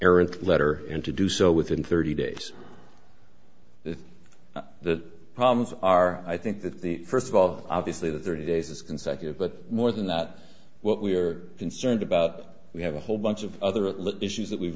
errant letter and to do so within thirty days if the problems are i think that the first of all obviously the thirty days is consecutive but more than that what we are concerned about we have a whole bunch of other at the issues that we've